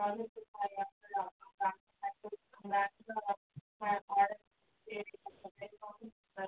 maximum ఒక zero points seven months